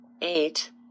Eight